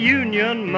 union